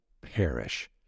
perish